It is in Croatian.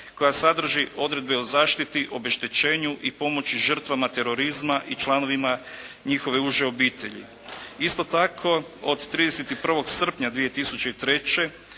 koja sadrži odredbe o zaštiti, obeštećenju i pomoći žrtvama terorizma i članovima njihove uže obitelji. Isto tako od 31. srpnja 2003.